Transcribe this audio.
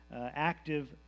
active